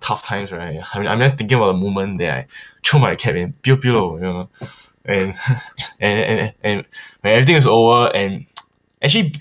tough times right I mean I'm left thinking about the moment that I throw my cap and pew pew you know and and and and and and when everything is over and actually